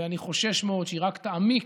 ואני חושש מאוד שהיא רק תעמיק,